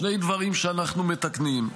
שני דברים שאנחנו מתקנים.